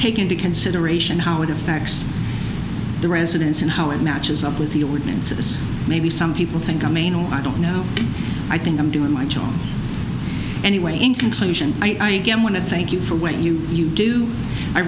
take into consideration how it effects the residents and how it matches up with the ordinances maybe some people think i mean i don't know i think i'm doing my job anyway in conclusion i want to thank you for what you you do i